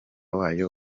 wayo